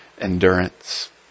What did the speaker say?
endurance